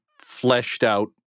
fleshed-out